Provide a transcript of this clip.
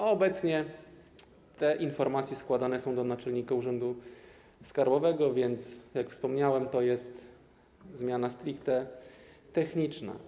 Obecnie te informacje składane są do naczelnika urzędu skarbowego, więc jak wspomniałem, to jest zmiana stricte techniczna.